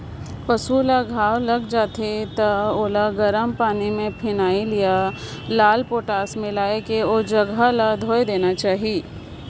पसु ल घांव लग जाथे त ओला गरम पानी में फिनाइल या लाल पोटास मिलायके ओ जघा ल धोय देना चाही